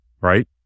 right